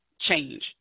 change